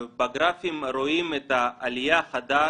בגרפים רואים את העלייה החדה